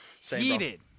heated